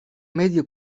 medya